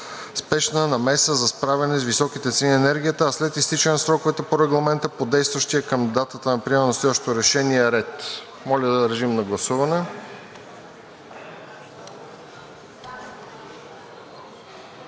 спешна намеса за справяне с високите цени на енергията, а след изтичане на сроковете по Регламента – по действащия към датата на приемане на следващото решение ред.“ Моля, режим на гласуване.